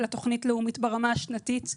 אלא תוכנית לאומית ברמה השנתית,